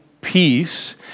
peace